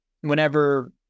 whenever